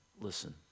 listen